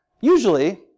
Usually